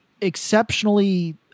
exceptionally